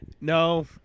No